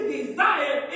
desire